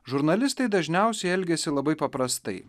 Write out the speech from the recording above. žurnalistai dažniausiai elgiasi labai paprastai